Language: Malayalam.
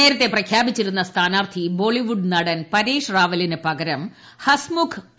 നേരത്തെ പ്രഖ്യാപിച്ചിരുന്ന സ്ഥാനാർത്ഥി ബോളിവുഡ് നടൻ പരേഷ് റാവലിന് പകരം ഹസ്മുഖ് പി